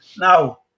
Now